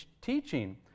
teaching